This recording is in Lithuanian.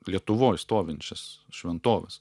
lietuvoj stovinčias šventoves